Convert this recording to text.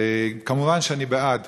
מובן שאני בעד